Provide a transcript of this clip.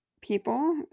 people